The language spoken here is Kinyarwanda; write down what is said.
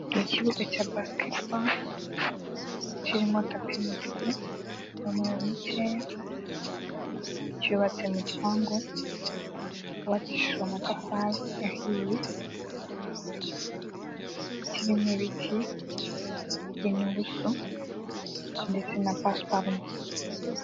Ikibuga cya Basikete boru, kirimo tapi y'umutuku n'umweru mukeya, cyubatse mu gipangu cyubakishijwe amatafari ahiye, kirimo ibiti by'inturusu ndetse na pasiparumu.